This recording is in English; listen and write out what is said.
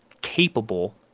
capable